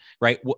right